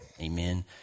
Amen